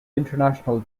international